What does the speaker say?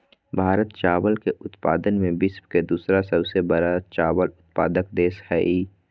भारत चावल के उत्पादन में विश्व के दूसरा सबसे बड़ा चावल उत्पादक देश हइ